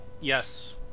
Yes